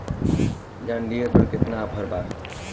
John Deere पर केतना offer बा?